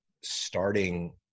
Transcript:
starting